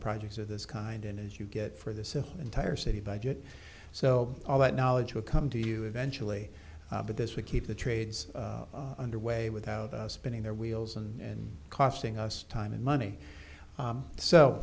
projects of this kind and as you get for the entire city budget so all that knowledge will come to you eventually but this would keep the trades underway without us spinning their wheels and costing us time and money